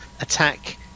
attack